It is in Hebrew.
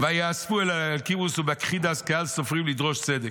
"ויאספו אל אלקימוס ובקחידס קהל סופרים לדרוש צדק.